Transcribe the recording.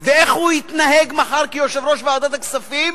ואיך הוא יתנהג מחר כיושב-ראש ועדת הכספים